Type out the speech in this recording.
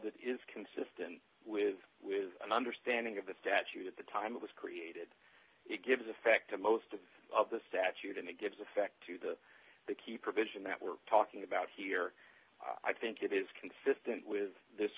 it is consistent with with an understanding of the statute at the time it was created it gives effect to most of the statute and it gives effect to the the key provision that we're talking about here i think it is consistent with this